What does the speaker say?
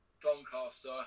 doncaster